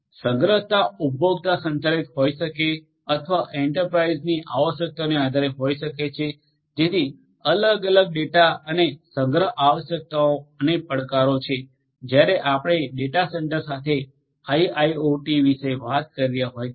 સંગ્રહકતા ઉપભોક્તા સંચાલિત હોઈ શકે અથવા એન્ટરપ્રાઇઝની આવશ્યકતાઓને આધારે હોઈ શકે છે જેથી અલગ અલગ ડેટા અને સંગ્રહ આવશ્યકતાઓ અને પડકારો છે જ્યારે આપણે ડેટા સેન્ટર સાથે આઈઆઈઓટી વિશે વાત કરી રહ્યા હોય ત્યારે